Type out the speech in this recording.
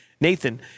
Nathan